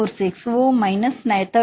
46 oh minus 34